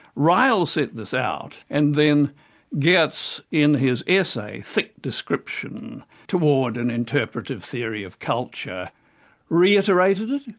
ryle set this out and then geertz, in his essay, thick description towards an interpretive theory of culture reiterated it,